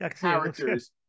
characters